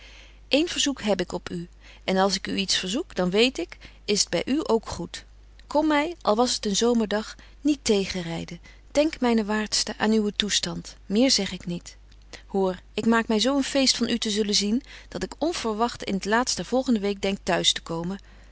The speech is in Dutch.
eén verzoek heb ik op u en als ik u iets verzoek dan weet ik is t by u ook goed kom my al was het een zomerdag niet tegen ryden denk myne waartste aan uwen toestand meer zeg ik niet hoor ik maak my zo een feest van u te zullen zien dat ik onverwagt in t laast der volgende week denk t'huis te komen